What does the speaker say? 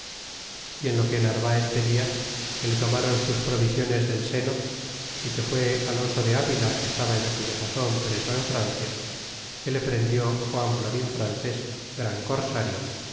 y en lo que narvaez pedia que le tomaron sus provisiones del seno que fue alonso de avila que estaba en aquella sazon preso en francia que le prendió juan florin frances gran cosario